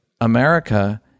America